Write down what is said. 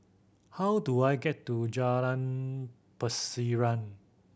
how do I get to Jalan Pasiran